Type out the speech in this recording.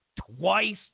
twice